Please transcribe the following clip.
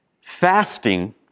Fasting